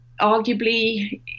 arguably